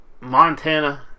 Montana